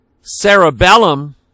cerebellum